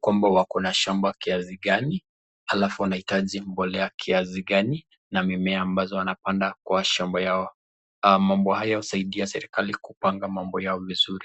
kwamba wako na shamba kiasi gani alafu wanahitaji mbolea kiasi gani na mimea ambazo wanapanda kwa shamba yao. Mambo haya husaidia serikali kupanga mambo yao vizuri.